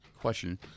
question